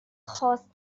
خواست